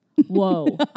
Whoa